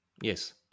Yes